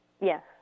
Yes